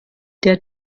der